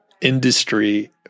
industry